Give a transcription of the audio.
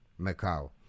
Macau